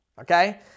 okay